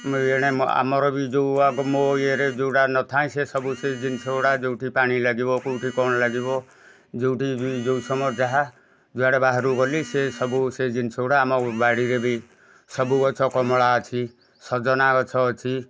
ଏଣେ ଆମର ବି ଯେଉଁ ଆଗ ମୋ ଇଏରେ ଯେଉଁଗୁଡ଼ା ନଥାଏଁସେ ସବୁ ସେ ଜିନିଷଗୁଡ଼ା ଯେଉଁଠି ପାଣି ଲାଗିବ କେଉଁଠି କଣ ଲାଗିବ ଯେଉଁଠି ବି ଯେଉଁ ସମୟରେ ଯାହା ଯୁଆଡ଼େ ବାହାରକୁ ଗଲି ସେ ସବୁ ସେ ଜିନିଷଗୁଡ଼ା ଆମ ବାଡ଼ିରେ ବି ସବୁ ଗଛ କମଳା ଅଛି ସଜନା ଗଛ ଅଛି